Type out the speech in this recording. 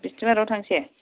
बिसतिबाराव थांसै